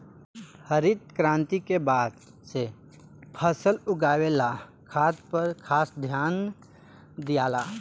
हरित क्रांति के बाद से फसल उगावे ला खाद पर खास ध्यान दियाला